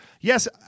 yes